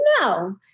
No